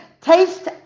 taste